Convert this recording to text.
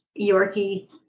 Yorkie